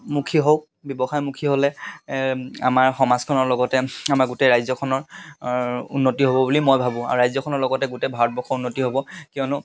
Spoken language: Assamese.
মুখী হওক ব্যৱসায়মুখী হ'লে আমাৰ সমাজখনৰ লগতে আমাৰ গোটেই ৰাজ্যখনৰ উন্নতি হ'ব বুলি মই ভাবোঁ আৰু ৰাজ্যখনৰ লগতে গোটেই ভাৰতবৰ্ষৰ উন্নতি হ'ব কিয়নো